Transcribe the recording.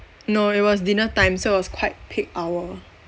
no it was dinner time so it was quite peak hour